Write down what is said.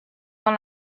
dans